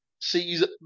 sees